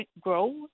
grow